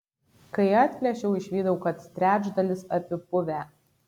kai atplėšiau išvydau kad trečdalis apipuvę